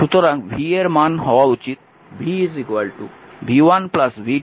সুতরাং v এর মান হওয়া উচিত v v1 v2 vN